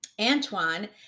Antoine